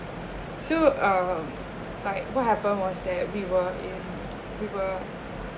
so um like what happened was that we were in we were